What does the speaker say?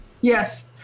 yes